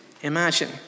imagine